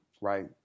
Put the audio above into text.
right